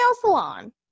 salon